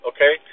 Okay